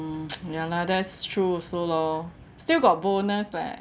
ya lah that's true also loh still got bonus leh